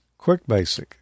QuickBasic